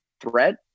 threat